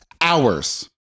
Hours